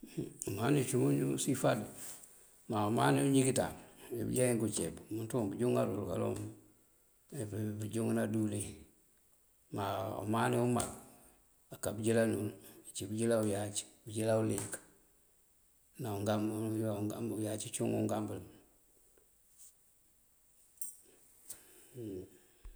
Ngëëmani cum ngëësifa uwaw umani uñíinkáaţan uwí jenk káaceep. Umëënţun bëënjúŋar uwël kalon ací pëënjúŋëna díwëlin. Maa umani umáak aka bëënjëlan uwël, ací bëënjëlan uyac, bëënjëlan uliyëk ná ungamb bëyac cíiwun ungambël.